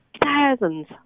thousands